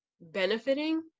benefiting